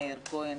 מאיר כהן.